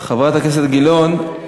חברת הכנסת גילאון,